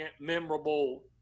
memorable